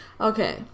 Okay